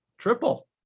triple